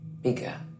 bigger